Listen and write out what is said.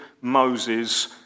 Moses